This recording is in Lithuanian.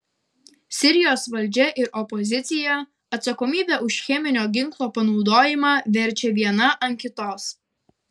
sirijos valdžia ir opozicija atsakomybę už cheminio ginklo panaudojimą verčia viena ant kitos